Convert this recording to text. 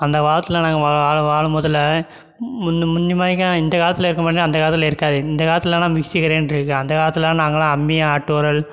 அந்தக் காலத்தில் நாங்கள் வா வாழ வாழமோதுல முன்னே முன்னே மாதிரிக்கிலாம் இந்தக் காலத்தில் இருக்கற மாதிரிலாம் அந்தக் காலத்தில் இருக்காது இந்தக் காலத்திலலாம் மிக்சி க்ரைண்ட்ரு இருக்குது அந்தக் காலத்தில் நாங்களாம் அம்மி ஆட்டு உரல்